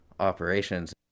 operations